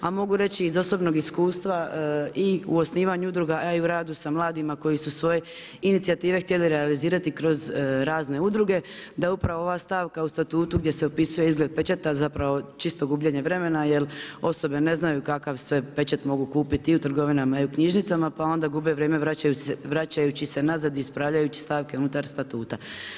A mogu reći iz osobnog iskustva i u osnivanju udruga, a i u radu sa mladima koji su svoje inicijative htjeli realizirati kroz razne udruge, da upravo ova stavka u statutu gdje se opisuje izgled pečata čisto gubljenje vremena jel osobe ne znaju kakav sve pečat mogu kupiti i u trgovinama i u knjižnicama pa onda gube vrijeme vraćajući se nazad i ispravljajući stavke unutar statuta.